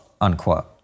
unquote